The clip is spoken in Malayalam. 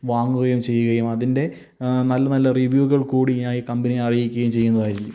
വാങ്ങുകയും ചെയ്യുകയും അതിന്റെ നല്ല നല്ല റിവ്യൂകള്ക്കൂടിയായി കമ്പനി അറിയിക്കുകയും ചെയ്യുന്നതായിരിക്കും